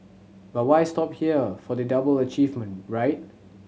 but why stop here for the double achievement right